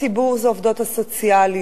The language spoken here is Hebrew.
הציבור זה העובדות הסוציאליות.